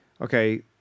okay